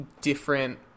different